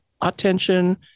attention